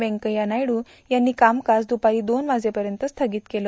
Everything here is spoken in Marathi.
वेंकय्या नायडू यांनी कामकाज दुपारी दोन वाजेपर्यंत स्थगित केलं